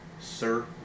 sir